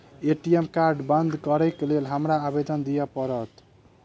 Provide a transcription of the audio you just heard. ATM card बंद करैक लेल हमरा आवेदन दिय पड़त?